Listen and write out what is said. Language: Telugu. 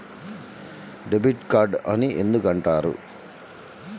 డెబిట్ కార్డు అని ఎందుకు అంటారు?